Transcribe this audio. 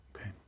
Okay